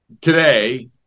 today